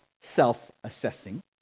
self-assessing